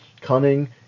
cunning